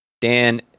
Dan